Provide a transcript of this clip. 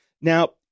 Now